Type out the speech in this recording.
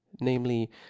namely